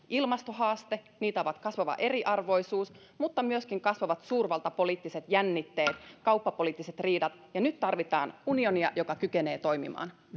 ilmastohaaste kasvava eriarvoisuus mutta myöskin kasvavat suurvaltapoliittiset jännitteet kauppapoliittiset riidat ja nyt tarvitaan unionia joka kykenee toimimaan